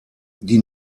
die